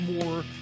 more